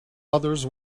others